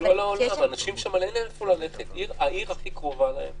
העיר הכי קרובה להם